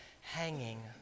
hanging